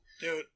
Dude